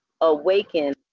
Awaken